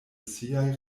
siaj